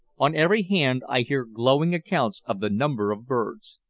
on every hand i hear glowing accounts of the number of birds.